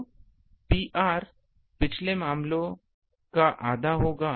तो Pr पिछले मामले का आधा होगा